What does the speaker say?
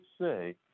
say